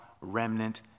remnant